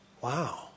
Wow